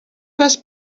best